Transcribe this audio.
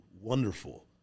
wonderful